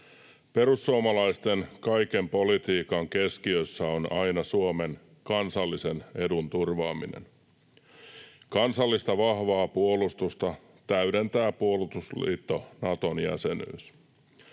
Perussuomalaisten kaiken politiikan keskiössä on aina Suomen kansallisen edun turvaaminen. Kansallista vahvaa puolustusta täydentää puolustusliitto Naton jäsenyys.